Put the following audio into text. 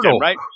right